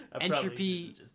entropy